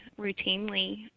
routinely